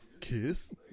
Kiss